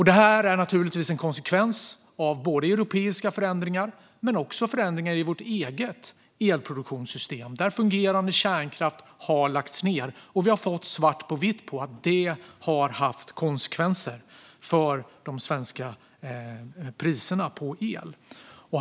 Det här är naturligtvis en konsekvens både av europeiska förändringar och av förändringar i vårt eget elproduktionssystem, där fungerande kärnkraft har lagts ned och vi har fått svart på vitt att det har haft konsekvenser för de svenska priserna på el.